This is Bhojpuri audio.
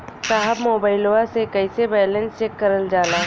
साहब मोबइलवा से कईसे बैलेंस चेक करल जाला?